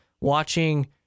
watching